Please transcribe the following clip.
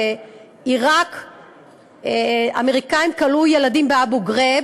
בעיראק אמריקנים כלאו ילדים באבו גרייב,